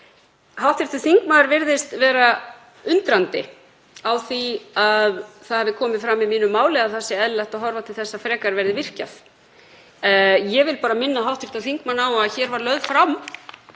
Hv. þingmaður virðist vera undrandi á því að það hafi komið fram í mínu máli að það sé eðlilegt að horfa til þess að frekar verði virkjað. Ég vil bara minna hv. þingmann á að hér var lagður fram